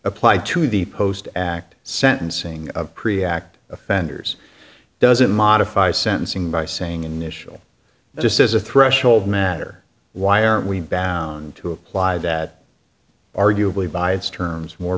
apply to the post act sentencing pre x offenders doesn't modify sentencing by saying initial just as a threshold matter why aren't we back to apply that arguably by its terms more